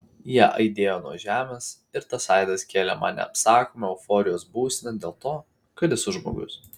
jie aidėjo nuo žemės ir tas aidas kėlė man neapsakomą euforijos būseną dėl to kad esu žmogus